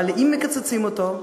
אבל אם מקצצים אותו,